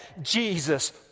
Jesus